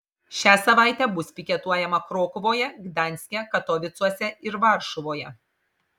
šią savaitę bus piketuojama krokuvoje gdanske katovicuose ir varšuvoje